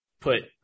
put